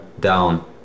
down